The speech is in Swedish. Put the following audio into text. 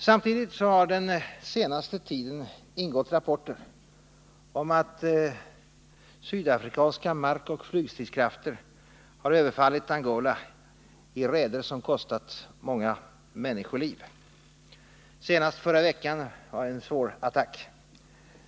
Samtidigt har den senaste tiden ingått rapporter om att sydafrikanska markoch flygstridskrafter överfallit Angola i raider som kostat många människoliv. Senast i förra veckan förekom en svår attack.